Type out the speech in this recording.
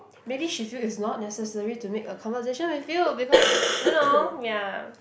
maybe she feel it's not necessary to make a conversation with you because you know ya